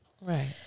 Right